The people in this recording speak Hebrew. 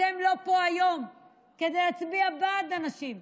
אתן לא פה היום כדי להצביע בעד הנשים,